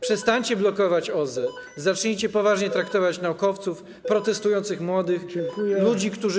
Przestańcie blokować OZE, zacznijcie poważnie traktować naukowców, protestujących młodych, ludzi, którzy.